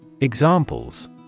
Examples